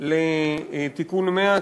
לתיקון 100,